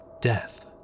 death